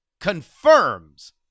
Confirms